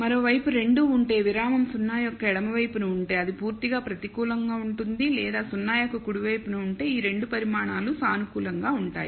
మరోవైపు రెండూ ఉంటే విరామం 0 యొక్క ఎడమ వైపున ఉంటే అది పూర్తిగాప్రతికూలంగా ఉంటుంది లేదా 0 యొక్క కుడి వైపున అంటే ఈ రెండు పరిమాణాలు సానుకూలంగా ఉంటాయి